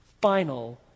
final